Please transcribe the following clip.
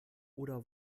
oder